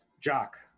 Jock